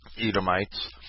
Edomites